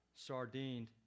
sardined